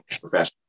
professional